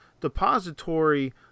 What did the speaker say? depository